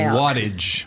wattage